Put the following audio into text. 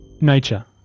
nature